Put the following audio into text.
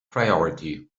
priority